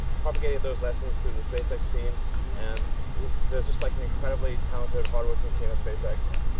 propagated those lessons to the spacex team and there's just like an incredibly talented, hard working team at spacex, yeah